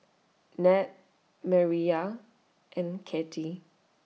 Nat Mireya and Kathey